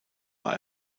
war